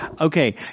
Okay